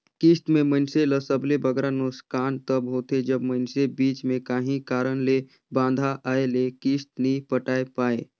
किस्त में मइनसे ल सबले बगरा नोसकान तब होथे जब मइनसे बीच में काहीं कारन ले बांधा आए ले किस्त नी पटाए पाए